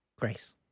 Grace